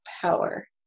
power